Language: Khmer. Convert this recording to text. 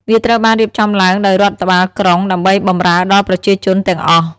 វាត្រូវបានរៀបចំឡើងដោយរដ្ឋបាលក្រុង ដើម្បីបម្រើដល់ប្រជាជនទាំងអស់។